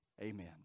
Amen